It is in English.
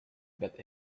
but